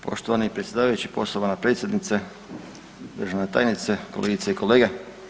Poštovani predsjedavajući, poštovana predsjednice, državna tajnice, kolegice i kolege.